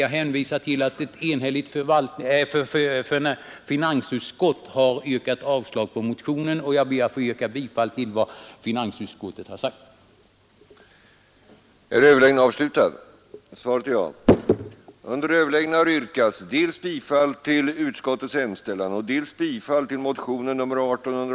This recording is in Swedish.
Jag hänvisar alltså till att ett enhälligt finansutskott har avstyrkt motionen, och jag ber att få yrka bifall till vad finansutskottet har hemställt.